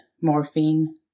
morphine